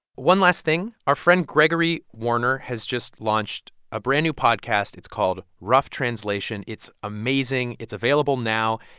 one last thing our friend gregory warner has just launched a brand-new podcast. it's called rough translation. it's amazing. it's available now.